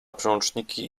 przełączniki